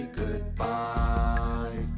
goodbye